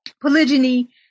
polygyny